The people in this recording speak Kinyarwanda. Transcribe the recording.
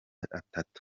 gatatu